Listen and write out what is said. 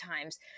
Times